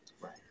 Right